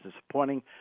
disappointing